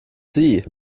sie